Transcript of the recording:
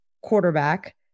quarterback